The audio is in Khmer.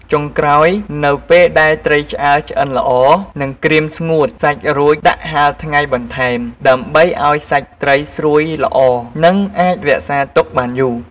ចុងក្រោយនៅពេលដែលត្រីឆ្អើរឆ្អិនល្អ និងក្រៀមស្ងួតសាច់រួចដាក់ហាលថ្ងៃបន្ថែម ដើម្បីឱ្យសាច់ត្រីស្រួយល្អ និងអាចរក្សាទុកបានយូរ។